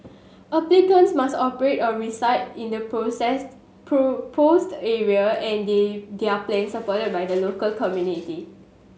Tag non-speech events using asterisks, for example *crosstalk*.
applicants must operate or reside in the *unintelligible* proposed area and they their are plans supported by the local community